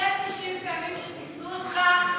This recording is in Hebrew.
אחרי 90 פעמים שתיקנו אותך,